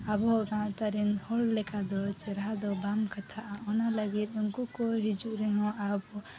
ᱟᱵᱚᱣᱟᱜ ᱜᱟᱶᱛᱟ ᱨᱮᱱ ᱦᱚᱲ ᱞᱮᱠᱟ ᱫᱚ ᱪᱮᱦᱮᱨᱟ ᱫᱚ ᱵᱟᱢ ᱠᱟᱛᱷᱟᱜᱼᱟ ᱚᱱᱟ ᱞᱟᱹᱜᱤᱫ ᱩᱱᱠᱩ ᱠᱚ ᱦᱤᱡᱩᱜ ᱨᱮᱦᱚᱸ ᱟᱵᱚ